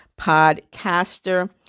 podcaster